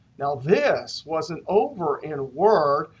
now, this wasn't over in word.